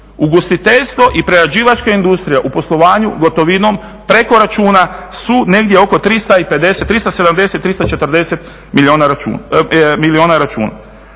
Ugostiteljstvo i prerađivačka industrija u poslovanju gotovinom preko računa su negdje oko 350, 370, 340 milijuna računa.